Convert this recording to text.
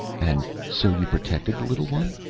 and so you protected the little one.